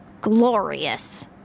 Glorious